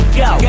go